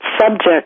subject